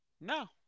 No